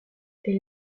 elle